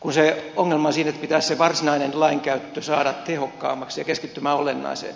kun se ongelma on siinä että pitäisi se varsinainen lainkäyttö saada tehokkaammaksi ja keskittymään olennaiseen